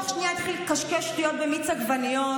תוך שנייה התחיל לקשקש שטויות במיץ עגבניות,